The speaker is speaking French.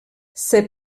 ses